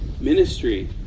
ministry